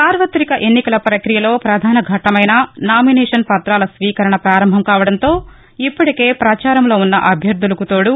సార్వతిక ఎన్నికల పక్రియలో పధాన ఘట్టమైన నామినేషన్ పత్రాల స్వీకరణ పారంభం కావడంతో ఇప్పటికే ప్రచారంలో ఉన్న అభ్యర్దలకు తోడు